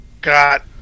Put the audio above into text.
got